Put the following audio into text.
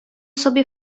sobie